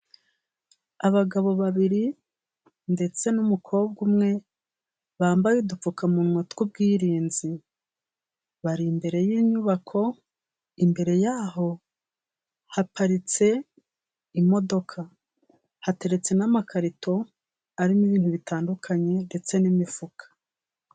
Abagabo babiri ndetse n'umukobwa umwe bambaye udupfukamunwa tw'ubwirinzi, bari imbere y'inyubako, imbere yaho haparitse imodoka, hateretse n'amakarito arimo ibintu bitandukanye ndetse n'imifuka.